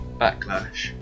Backlash